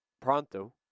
pronto